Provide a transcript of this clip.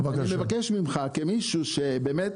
אני מבקש ממך, כמישהו שבאמת